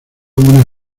una